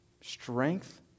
strength